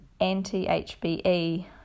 anti-HBE